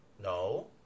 No